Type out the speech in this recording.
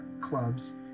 clubs